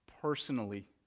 personally